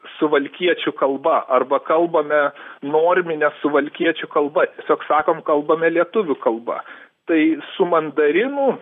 suvalkiečių kalba arba kalbame normine suvalkiečių kalba tiesiog sakom kalbame lietuvių kalba tai su mandarinų